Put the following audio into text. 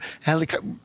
helicopter